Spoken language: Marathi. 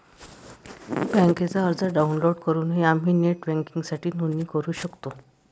बँकेचा अर्ज डाउनलोड करूनही आम्ही नेट बँकिंगसाठी नोंदणी करू शकतो